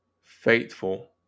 faithful